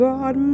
God